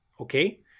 okay